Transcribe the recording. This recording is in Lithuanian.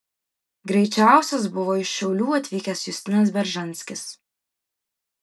greičiausias buvo iš šiaulių atvykęs justinas beržanskis